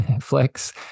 flex